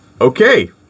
Okay